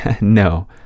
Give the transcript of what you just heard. No